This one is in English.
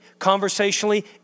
conversationally